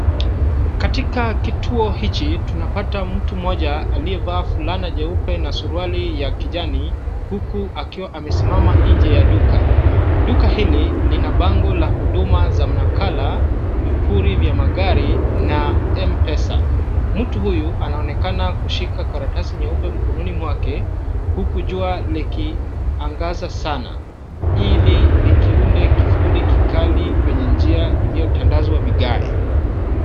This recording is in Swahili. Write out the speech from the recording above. Katika kituo hichi, tunapata mtu mmoja aliyevaa fulana nyeupe na suruali ya kijani huku akiwa amesimama nje ya duka. Duka hili lina bango la huduma za mnakala, vipuli vya magari na M-Pesa. Mtu huyu anaonekana kushika karatasi nyeupe mkononi mwake huku jua likiangaza sana. Hili likiunda kivuli kikali kwenye njia iliyotandazwa vigae.